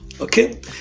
Okay